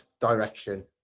direction